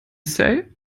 say